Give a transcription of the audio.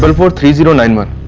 but four three zero nine one.